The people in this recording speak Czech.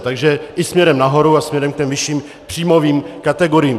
Takže i směrem nahoru a směrem k těm vyšším příjmovým kategoriím.